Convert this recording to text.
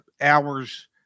hours